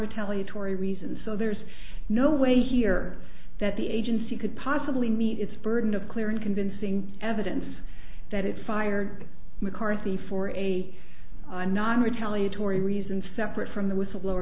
retaliate or a reason so there's no way here that the agency could possibly meet its burden of clear and convincing evidence that it fired mccarthy for a i'm not retaliate or a reason separate from the whistleblower